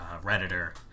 Redditor